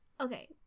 Okay